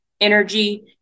energy